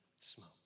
smoke